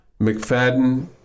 McFadden